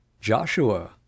Joshua